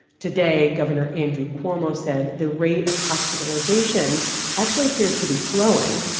today, governor andrew cuomo said the rate of hospitalizations actually appears to be slowing,